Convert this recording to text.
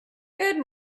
good